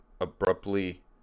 abruptly